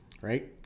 right